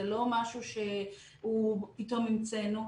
זה לא משהו שפתאום המצאנו.